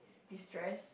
distressed